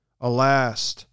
Alas